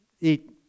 eat